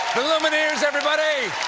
lumineers, everybody!